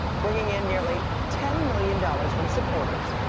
bringing in nearly ten million dollars from supporters.